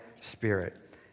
spirit